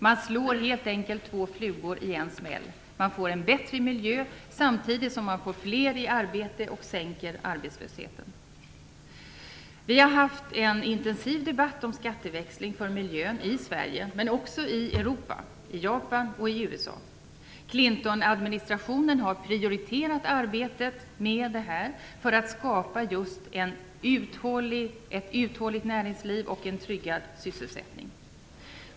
Man slår helt enkelt två flugor i en smäll: Man får en bättre miljö samtidigt som man får fler i arbete och sänker arbetslösheten. Vi har haft en intensiv debatt om skatteväxling för miljön i Sverige men också i Europa, Japan och USA. Clintonadministrationen har prioriterat arbetet med detta för att skapa ett uthålligt näringsliv och en tryggad sysselsättning.